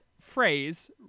phrase